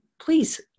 please